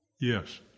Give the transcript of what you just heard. Yes